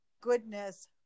goodness